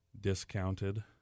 discounted